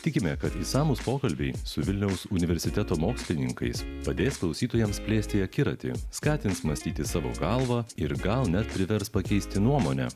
tikime kad išsamūs pokalbiai su vilniaus universiteto mokslininkais padės klausytojams plėsti akiratį skatins mąstyti savo galva ir gal net privers pakeisti nuomonę